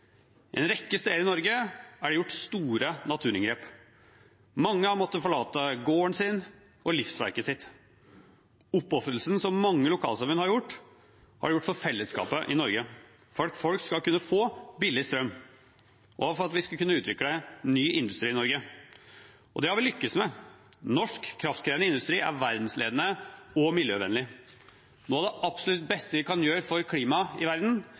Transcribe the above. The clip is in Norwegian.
En rekke steder i Norge er det gjort store naturinngrep. Mange har måttet forlate gården sin og livsverket sitt. Oppofrelsen som mange lokalsamfunn har gjort, har de gjort for fellesskapet i Norge, for at folk skal kunne få billig strøm, og for at vi skal kunne utvikle ny industri i Norge. Det har vi lykkes med. Norsk kraftkrevende industri er verdensledende og miljøvennlig. Noe av det absolutt beste vi kan gjøre for klima i verden,